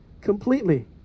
completely